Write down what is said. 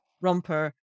romper